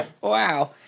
Wow